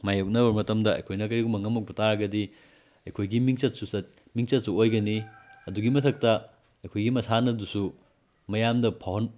ꯃꯥꯌꯣꯛꯅꯕ ꯃꯇꯝꯗ ꯑꯩꯈꯣꯏꯅ ꯀꯔꯤꯒꯨꯝꯕ ꯉꯝꯃꯛꯄ ꯇꯥꯔꯒꯗꯤ ꯑꯩꯈꯣꯏꯒꯤ ꯃꯤꯡꯆꯠꯁꯨ ꯃꯤꯡꯆꯠꯁꯨ ꯑꯣꯏꯒꯅꯤ ꯑꯗꯨꯒꯤ ꯃꯊꯛꯇ ꯑꯩꯈꯣꯏꯒꯤ ꯃꯁꯥꯟꯅꯗꯨꯁꯨ ꯃꯌꯥꯝꯗ ꯐꯥꯎꯍꯟ